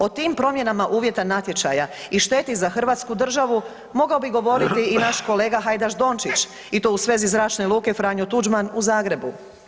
O tim promjenama uvjeta natječaja i šteti za Hrvatsku državu mogao bi govoriti i naš kolega Hajdaš Dončić i to u svezi Zračne luke Franjo Tuđman u Zagrebu.